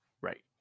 right